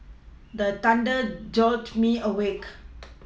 the thunder jolt me awake